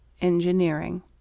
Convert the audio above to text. engineering